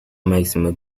maximum